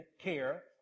care